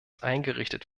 eingerichtet